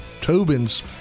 Tobin's